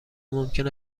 ممکن